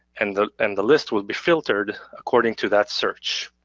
and the and the list will be filtered according to that search.